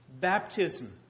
baptism